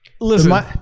Listen